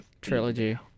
trilogy